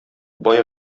бай